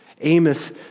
Amos